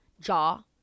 Jaw